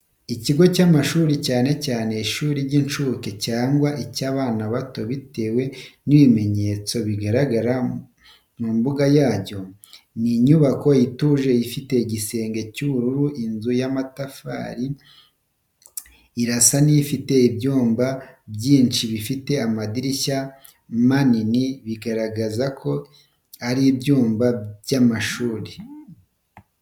Ikigo cy’amashuri, cyane cyane ishuri ry’incuke cyangwa iry’abana bato bitewe n’ibimenyetso bigaragara mu mbuga y'aryo. Ni inyubako ituje ifite igisenge cy’ubururu inzu y’amatafari irasa n’ifite ibyumba byinshi bifite amadirishya manini, bigaragaza ko ari ibyumba by’amashuri.